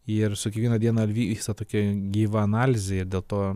ir su kiekviena diena vyksta tokia gyva analizė ir dėl to